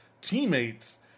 teammates